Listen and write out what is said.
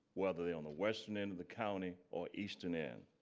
whether they on the western end of the county or eastern end